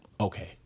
okay